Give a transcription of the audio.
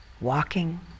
walking